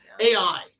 AI